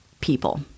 people